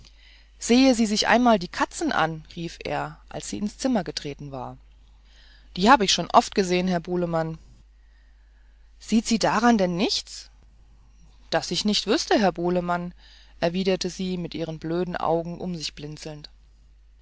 sehen sie sich einmal die katzen an rief er als sie ins zimmer getreten war die hab ich schon oft gesehen herr bulemann sieht sie daran denn nichts daß ich nicht wüßte herr bulemann erwiderte sie mit ihren blöden augen um sich blinzelnd